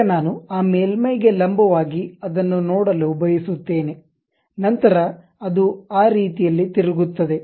ಈಗ ನಾನು ಆ ಮೇಲ್ಮೈಗೆ ಲಂಬವಾಗಿ ಅದನ್ನು ನೋಡಲು ಬಯಸುತ್ತೇನೆ ನಂತರ ಅದು ಆ ರೀತಿಯಲ್ಲಿ ತಿರುಗುತ್ತದೆ